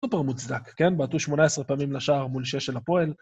סופר מוצדק, כן? בעטו 18 פעמים לשער מול שש של הפועל.